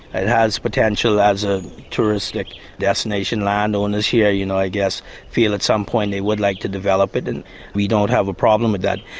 it has potential as a tourist like destination. the landowners here you know i guess feel at some point they would like to develop it, and we don't have a problem with that.